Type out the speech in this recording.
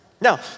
Now